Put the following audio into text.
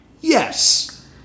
Yes